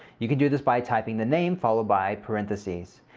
you can do this by typing the name followed by parenthesis.